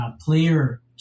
player